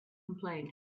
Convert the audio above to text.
complained